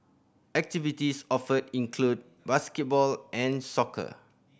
activities offered include basketball and soccer